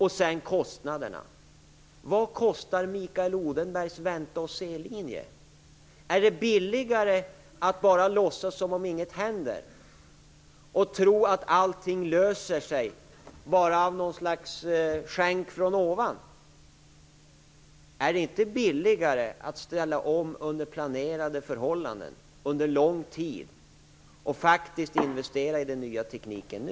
Sedan kostnaderna. Vad kostar Mikael Odenbergs vänta-och-se-linje? Är det billigare att bara låtsas som om ingenting händer och tro att allting löser sig genom något slags skänk från ovan? Är det inte billigare att göra omställningen under planerade förhållanden under lång tid och att faktiskt investera i den nya tekniken nu?